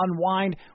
unwind